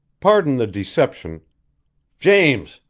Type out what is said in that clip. pardon the deception james!